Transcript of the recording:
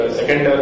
second